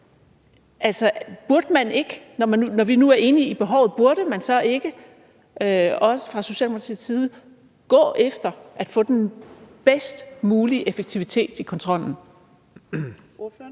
Altså, burde man ikke, når vi nu er enige om behovet, fra Socialdemokratiets side gå efter at få den bedst mulige effektivitet i kontrollen? Kl.